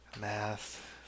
Math